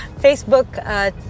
Facebook